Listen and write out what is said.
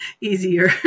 easier